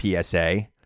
PSA